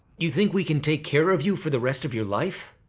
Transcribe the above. you think we can take care of you for the rest of your life?